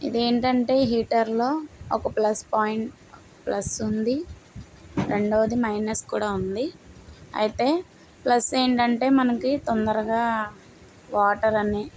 ఇదేంటంటే హీటర్లో ఒక ప్లస్ పాయింట్ ప్లస్ ఉంది రెండవది మైనస్ కూడా ఉంది అయితే ప్లస్ ఏంటంటే మనకి తొందరగా వాటర్ అన్ని